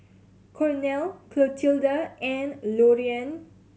Cornel Clotilda and Loriann